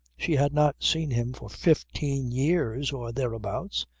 she had not seen him for fifteen years or thereabouts,